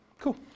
cool